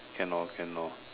cannot cannot